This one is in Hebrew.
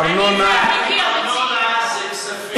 ארנונה זה כספים.